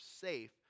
safe